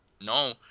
No